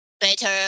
better